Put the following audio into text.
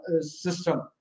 system